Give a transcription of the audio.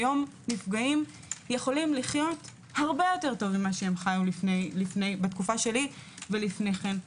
היום נפגעים יכולים לחיות הרבה יותר טוב ממה שחיו בתקופה שלי ולפני כן,